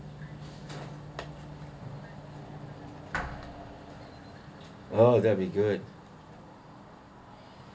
oh that'll be good